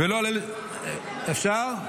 אפשר?